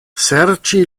serĉi